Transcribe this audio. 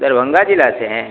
दरभंगा जिला से हैं